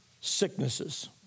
sicknesses